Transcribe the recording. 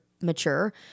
mature